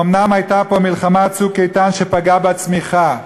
אומנם הייתה פה מלחמה, "צוק איתן", שפגעה בצמיחה.